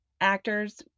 actors